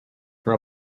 for